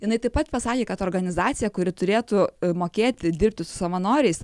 jinai taip pat pasakė kad organizacija kuri turėtų mokėti dirbti su savanoriais